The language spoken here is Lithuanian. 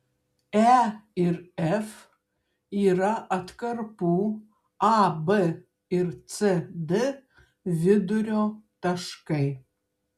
e ir f yra atkarpų ab ir cd vidurio taškai